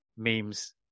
memes